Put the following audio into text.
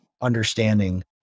Understanding